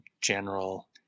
general